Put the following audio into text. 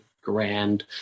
grand